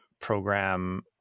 program